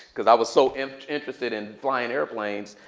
because i was so interested in flying airplanes.